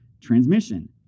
Transmission